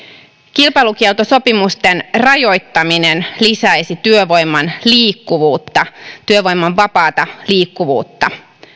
kilpailukieltosopimusten rajoittaminen lisäisi työvoiman liikkuvuutta työvoiman vapaata liikkuvuutta